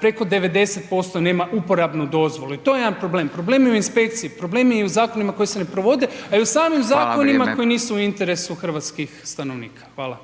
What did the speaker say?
preko 90% nema uporabnu dozvolu i to je jedan problem, problem je u inspekciji, problem je i u zakonima koji se ne provode, a i u samim zakonima …/Upadica: Fala, vrijeme/…koji nisu u interesu hrvatskih stanovnika. Hvala.